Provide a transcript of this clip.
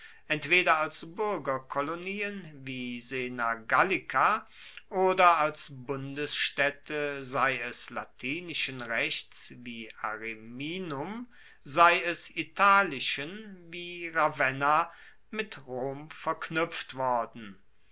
entweder als buergerkolonien wie sena gallica oder als bundesstaedte sei es latinischen rechts wie ariminum sei es italischen wie ravenna mit rom verknuepft worden